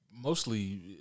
mostly